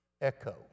echo